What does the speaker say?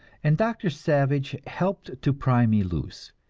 and doctor savage helped to pry me loose.